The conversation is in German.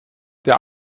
der